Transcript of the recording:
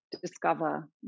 discover